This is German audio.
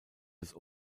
des